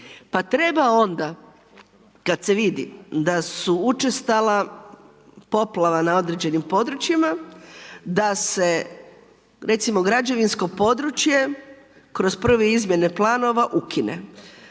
Pa treba onda kad se vidi da su učestala poplava na određenim područjima, da se recimo građevinsko područje kroz prve izmjene planova ukine.